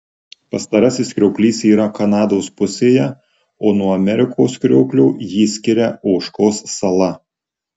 pastarasis krioklys yra kanados pusėje o nuo amerikos krioklio jį skiria ožkos sala